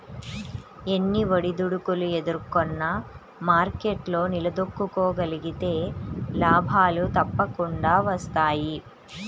ఎన్ని ఒడిదుడుకులు ఎదుర్కొన్నా మార్కెట్లో నిలదొక్కుకోగలిగితే లాభాలు తప్పకుండా వస్తాయి